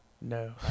No